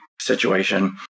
situation